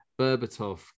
Berbatov